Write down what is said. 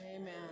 Amen